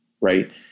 right